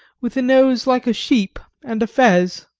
with a nose like a sheep, and a fez.